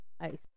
ice